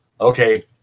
Okay